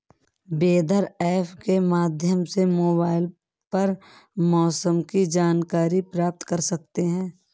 weather app के माध्यम से मोबाइल पर मौसम की जानकारी प्राप्त कर सकते हैं